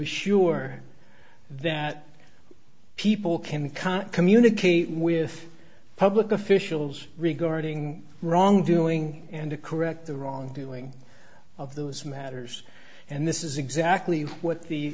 assure that people can can't communicate with public officials regarding wrongdoing and to correct the wrongdoing of those matters and this is exactly what the